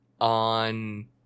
On